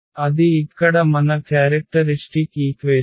అది ఇక్కడ మన క్యారెక్టరిష్టిక్ ఈక్వేషన్